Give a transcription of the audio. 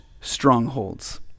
strongholds